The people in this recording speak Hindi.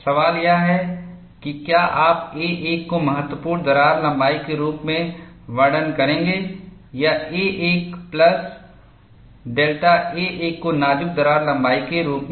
सवाल यह है कि क्या आप a1 को महत्वपूर्ण दरार लंबाई के रूप में वर्णन करेंगे या a1 प्लस डेल्टा a1 को नाजुक दरार लंबाई के रूप में